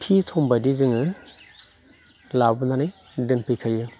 थि समबायदि जोङो लाबोनानै दोनफैखायो